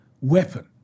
weapon